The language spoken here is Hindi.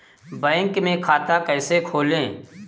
बैंक में खाता कैसे खोलें?